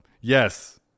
Yes